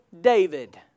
David